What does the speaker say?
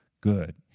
good